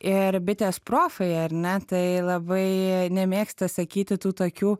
ir bitės profai ar ne tai labai nemėgsta sakyti tų tokių